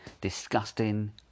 Disgusting